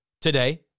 today